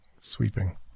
sweeping